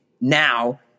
now